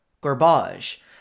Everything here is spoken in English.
garbage